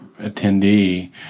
attendee